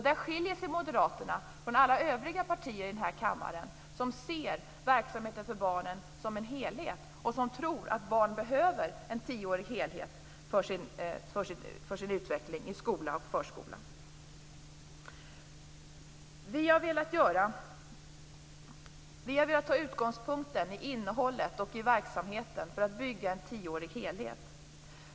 Där skiljer sig Moderaterna från alla övriga partier i den här kammaren, som ser verksamheten för barnen som en helhet och som tror att barn behöver en tioårig helhet för sin utveckling i skola och förskola. Vi har velat ta vår utgångspunkt i innehållet och verksamheten för att bygga en tioårig helhet.